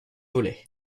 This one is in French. volets